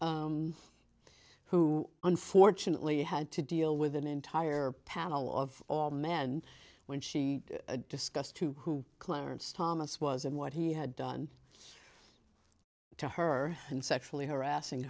s who unfortunately had to deal with an entire panel of all men when she discussed who clarence thomas was and what he had done to her and sexually harassing